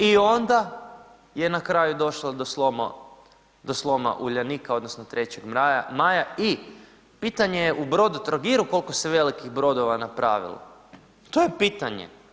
I onda je na kraju došlo do sloma Uljanika odnosno 3. maja i pitanje je u Brodotrogiru kolko se velikih brodova napravilo, to je pitanje.